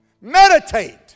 Meditate